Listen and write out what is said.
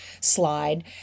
slide